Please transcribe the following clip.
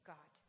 God